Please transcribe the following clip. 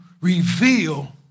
reveal